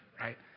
right